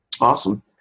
Awesome